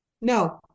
No